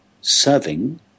serving